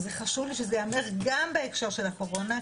וחשוב לי שזה ייאמר גם בהקשר של הקורונה,